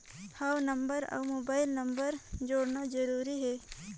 हव नंबर अउ mobile number जोड़ना जरूरी हे?